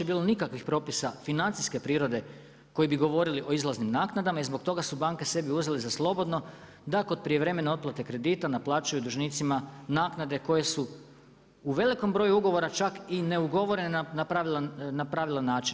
bilo nikakvih propisa financijske prirode, koji bi govorili o izlaznim naknadama i zbog toga su banke sebi uzeli za slobodno, da kod prijevremene otplate kredita, naplaćuju dužnicima naknade koje su u velikom broju ugovora čak i neugovorene na pravilan način.